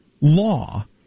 law